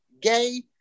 gay